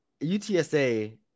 UTSA